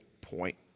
point